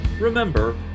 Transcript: remember